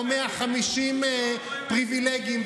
או 150 פריבילגים,